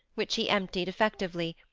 which he emptied effectively,